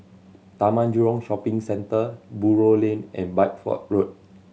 Taman Jurong Shopping Centre Buroh Lane and Bideford Road